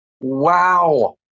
Wow